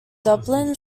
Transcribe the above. dublin